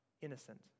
innocent